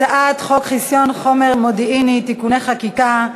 הצעת חוק חסיון חומר מודיעיני (תיקוני חקיקה),